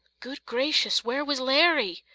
good gracious, where was larry?